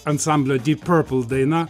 ansamblio dyp piorpl daina